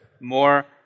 more